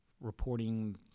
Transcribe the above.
reporting